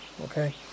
okay